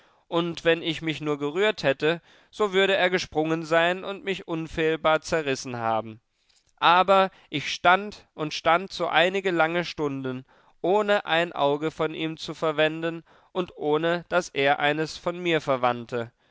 und wenn ich mich nur gerührt hätte so würde er gesprungen sein und mich unfehlbar zerrissen haben aber ich stand und stand so einige lange stunden ohne ein auge von ihm zu verwenden und ohne daß er eines von mir verwandte